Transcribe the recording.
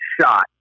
shot